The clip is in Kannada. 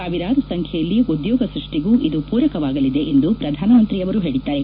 ಸಾವಿರಾರು ಸಂಖ್ಲೆಯಲ್ಲಿ ಉದ್ಲೋಗ ಸೃಷ್ಷಿಗೂ ಇದು ಪೂರಕವಾಗಲಿದೆ ಎಂದು ಪ್ರಧಾನಮಂತ್ರಿಯವರು ಹೇಳಿದ್ದಾರೆ